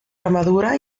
armadura